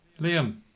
Liam